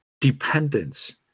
dependence